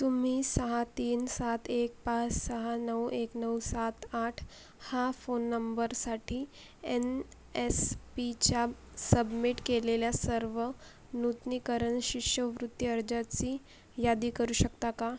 तुम्ही सहा तीन सात एक पाच सहा नऊ एक नऊ सात आठ हा फोन नंबरसाठी एन एस पीच्या सबमिट केलेल्या सर्व नूतनीकरण शिष्यवृत्ती अर्जाची यादी करू शकता का